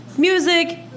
Music